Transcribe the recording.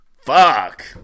Fuck